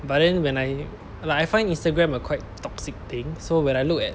but then when I like I find Instagram a quite toxic thing so when I look at